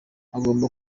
agomba